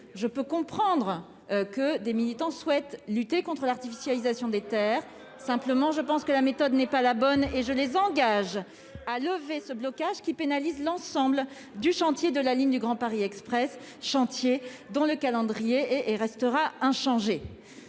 je puis comprendre que des militants souhaitent lutter contre l'artificialisation des terres. Simplement, je pense que la méthode n'est pas la bonne et je les engage à lever ce blocage, qui pénalise l'ensemble du chantier de la ligne du Grand Paris Express, chantier dont le calendrier restera inchangé.